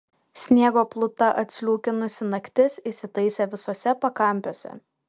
sniego pluta atsliūkinusi naktis įsitaisė visuose pakampiuose